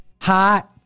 hot